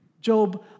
Job